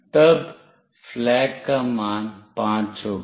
तब flag का मान 5 होगा